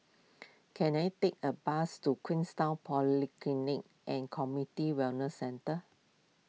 can I take a bus to Queenstown Polyclinic and Community Wellness Centre